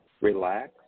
Relax